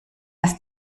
dass